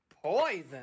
Poison